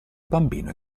bambino